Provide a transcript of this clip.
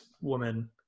woman